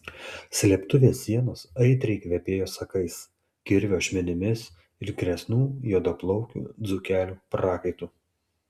slėptuvės sienos aitriai kvepėjo sakais kirvio ašmenimis ir kresnų juodaplaukių dzūkelių prakaitu